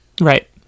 Right